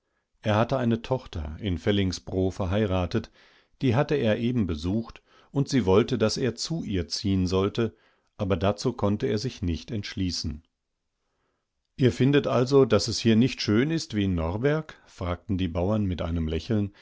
er war zu alt umaufdengrubenleiternaufundniederzuklettern abererwohntenochin einemhäuschenindernähedergrube erhatteeinetochterinfellingsbro verheiratet die hatte er eben besucht und sie wollte daß er zu ihr ziehen sollte aberdazukonnteersichnichtentschließen ihr findet also daß es hier nicht schön ist wie in norberg fragten die bauern mit einem lächeln